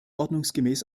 ordnungsgemäß